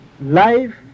life